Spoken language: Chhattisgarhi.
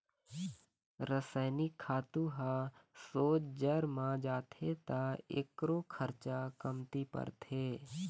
रसइनिक खातू ह सोझ जर म जाथे त एखरो खरचा कमती परथे